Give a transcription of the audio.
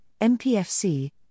MPFC